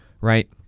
right